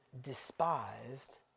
despised